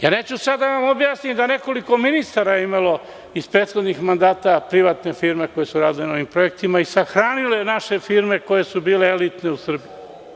Neću sada da vam objasnim da je nekoliko ministara izprethodnih mandata imalo privatne firme koje su radile na ovim projektima i sahranile naše firme koje su bile elitne u Srbiji.